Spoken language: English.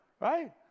right